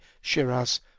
Shiraz